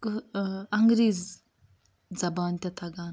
انٛگریٖز زَبان تہِ تھگان